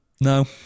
No